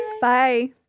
Bye